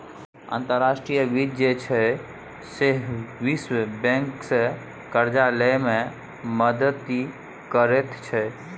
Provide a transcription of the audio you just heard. अंतर्राष्ट्रीय वित्त जे छै सैह विश्व बैंकसँ करजा लए मे मदति करैत छै